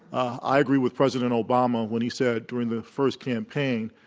i agree with president obama when he said, during the first campaign,